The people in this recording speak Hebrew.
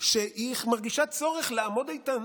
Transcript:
שהיא מרגישה צורך לעמוד איתן